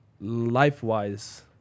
life-wise